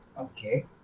Okay